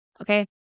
Okay